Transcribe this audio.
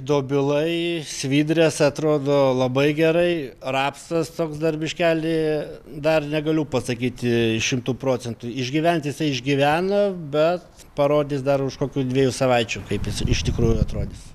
dobilai svidrės atrodo labai gerai rapsas toks dar biškelį dar negaliu pasakyti šimtu procentų išgyvent jisai išgyvena bet parodys dar už kokių dviejų savaičių kaip jis iš tikrųjų atrodys